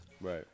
Right